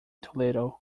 toledo